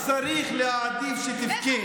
צריך להעדיף שתבכה,